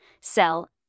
sell